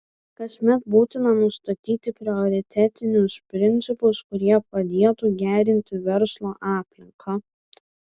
kasmet būtina nustatyti prioritetinius principus kurie padėtų gerinti verslo aplinką